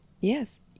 Yes